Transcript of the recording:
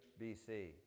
BC